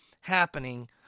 happening